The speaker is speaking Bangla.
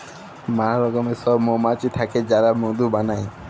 ম্যালা রকমের সব মমাছি থাক্যে যারা মধু বালাই